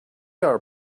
are